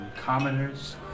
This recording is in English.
commoners